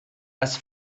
als